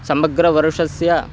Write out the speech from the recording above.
समग्रवर्षस्य